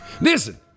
Listen